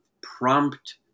prompt